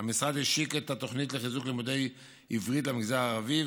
המשרד השיק את התוכנית לחיזוק לימודי עברית למגזר הערבי.